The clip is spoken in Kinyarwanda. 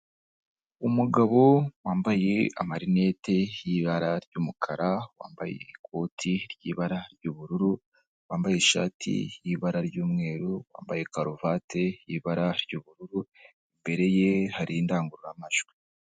Umugabo wambaye amarinete yibara ry'umukara, wambaye ikoti ryibara ry'ubururu, wambaye ishati yibara ry'umweru, wambaye karuvati y'ibara ry'ubururu, imbere ye hari indangururamajwi.